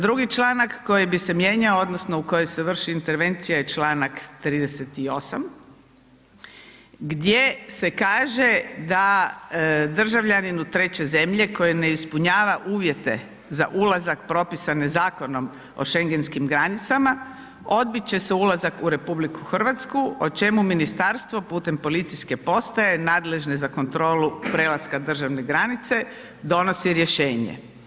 Drugi članak koji bi se mijenjao odnosno u koji se vrši intervencija je članak 38., gdje se kaže da državljaninu treće zemlje koji ne ispunjava uvijete za ulazak propisane Zakonom o Schengenskim granicama odbit će se ulazak u Republiku Hrvatsku o čemu Ministarstvo putem policijske postaje nadležne za kontrolu prelaska državne granice donosi Rješenje.